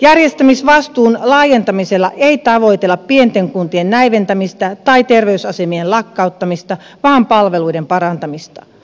järjestämisvastuun laajentamisella ei tavoitella pienten kuntien näivettämistä tai ter veysasemien lakkauttamista vaan palveluiden parantamista